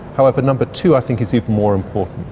however number two i think is even more important.